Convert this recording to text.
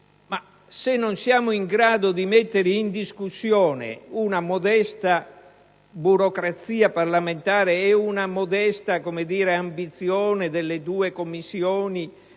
se non siamo in grado di mettere in discussione una modesta burocrazia parlamentare, l'altrettanto modesta ambizione delle due Commissioni